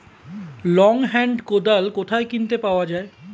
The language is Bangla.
লং হেন্ড কোদাল কোথায় কিনতে পাওয়া যায়?